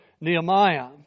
Nehemiah